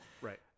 right